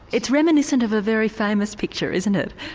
it's reminiscent of a very famous picture, isn't it.